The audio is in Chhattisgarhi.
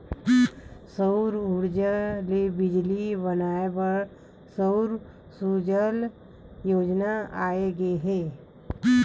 सउर उरजा ले बिजली बनाए बर सउर सूजला योजना लाए गे हे